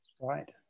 Right